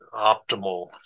optimal